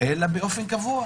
אלא באופן קבוע